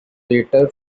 later